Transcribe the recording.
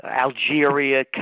Algeria